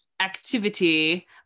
activity